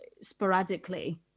sporadically